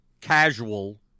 casual